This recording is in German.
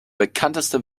bekannteste